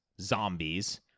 zombies